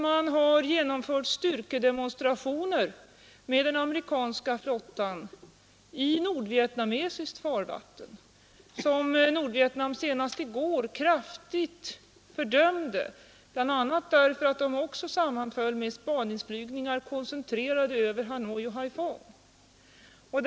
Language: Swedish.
Man har i nordvietnamesiska farvatten med den amerikanska flottan genomfört styrkedemonstrationer, som Nordvietnam senast i går kraftigt fördömde, bl.a. därför att de också sammanföll med spaningsflygningar, koncentrerade över Hanoi och Haiphong.